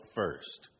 first